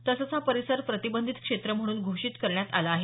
तसंच हा परिसर प्रतिबंधित क्षेत्र म्हणून घोषित करण्यात आला आहे